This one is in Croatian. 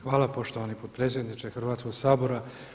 Hvala poštovani potpredsjedniče Hrvatskoga sabora.